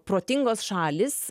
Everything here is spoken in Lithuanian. protingos šalys